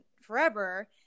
forever